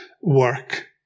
work